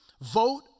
vote